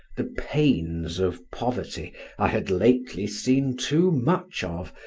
the pains of poverty i had lately seen too much of,